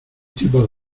tipos